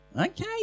Okay